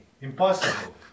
Impossible